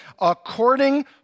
according